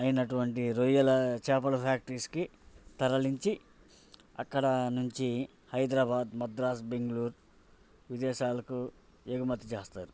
అయినటువంటి రొయ్యల చేపల ఫ్యాక్టరీస్కి తరలించి అక్కడ నుంచి హైదరాబాద్ మద్రాస్ బెంగుళూర్ విదేశాలకు ఎగుమతి చేస్తారు